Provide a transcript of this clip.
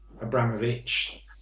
Abramovich